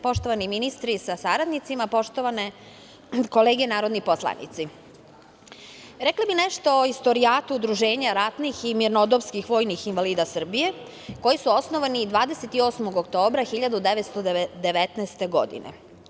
Poštovani ministri sa saradnicima, poštovane kolege narodni poslanici, rekla bih nešto o istorijatu Udruženja ratnih i mirnodopskih vojnih invalida Srbije koji su osnovani 28. oktobra 1919. godine.